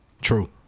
True